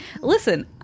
Listen